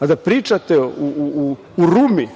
a da pričate u Rumi,